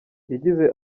yagize